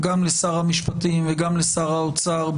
גם לשר המשפטים וגם לשר האוצר,